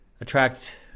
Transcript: attract